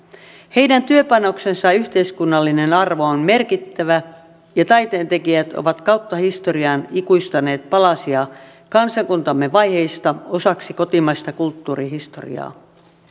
heidän työpanoksensa yhteiskunnallinen arvo on merkittävä ja taiteentekijät ovat kautta historian ikuistaneet palasia kansakuntamme vaiheista osaksi kotimaista kulttuurihistoriaa